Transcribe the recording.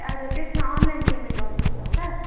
आज त्यसमा online payment गर्न सक्नुहुन्छ